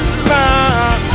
smile